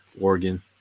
Oregon